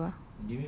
ya that's true ah